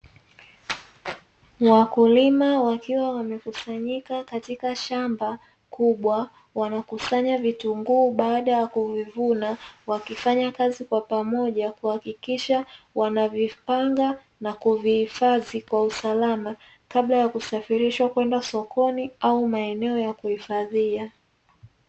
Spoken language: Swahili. Wakulima wakiwa wamekusanyika katika shamba kubwa wanakusanya vitunguu baada ya kuvivuna wakifanya kazi kwa pamoja kuhakikisha wanavipanga na kuvihifadhi kwa usalama kabla ya kusafirishwa kwenda sokoni au maeneo y kuhifadhia.